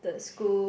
the school